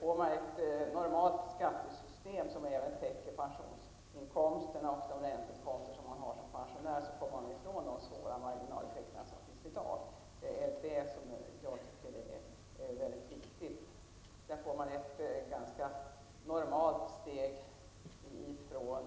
Får man ett normalt skattesystem som också täcker pensionsinkomsterna och de ränteinkomster som man kan ha såsom pensionär kommer man ifrån de svåra marginaleffekter som finns i dag. Det tycker jag är väldigt viktigt. Sedan får man ett ganska normalt steg mellan